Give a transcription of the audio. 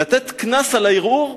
לתת קנס על הערעור,